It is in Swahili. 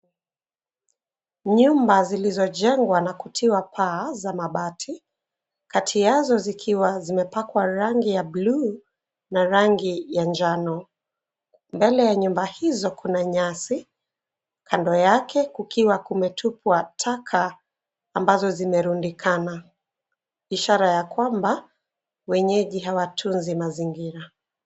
Nyumba zilizojengwa na kutiwa paa za mabati, kati yazo zikiwa zimepakwa rangi ya bluu na rangi ya njano. Mbele ya nyumba hizo kuna nyasi, kando yake kukiwa kumetupwa taka ambazo zimerundikana ishara ya kwamba wenyeji hawatunzi mazingira.